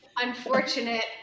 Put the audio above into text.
unfortunate